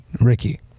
ricky